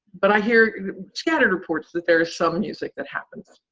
but i hear scattered reports that there's some music that happens.